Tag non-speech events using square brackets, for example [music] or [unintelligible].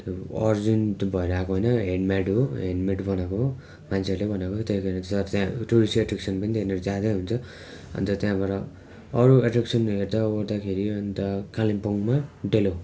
त्यो अरिजिन भएर आएको होइन ह्यान्ड मेड हो ह्यान्ड मेड बनाएको हो मान्छेहरूले बनाएको हो [unintelligible] त्यहाँ टुरिस्ट एट्र्याक्सन पनि त्यहाँनिर ज्यादै हुन्छ अन्त त्यहाँबाट अरू एक्ट्र्याक्सन हेर्दा वर्दाखेरि अन्त कालिम्पोङमा डेलो